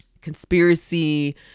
conspiracy